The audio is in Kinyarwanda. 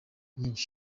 nyinshi